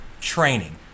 training